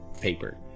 paper